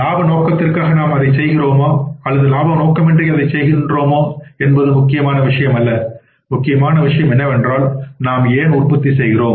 இலாப நோக்கத்திற்காக நாம் அதைச் செய்கிறோமா அல்லது இலாப நோக்கமின்றி அதைச் செய்கிறோமா என்பது முக்கிய விஷயம் அல்ல முக்கியமான விஷயம் என்னவென்றால் நாம் ஏன் உற்பத்தி செய்கிறோம்